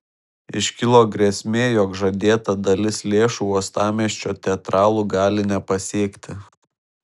iškilo grėsmė jog žadėta dalis lėšų uostamiesčio teatralų gali nepasiekti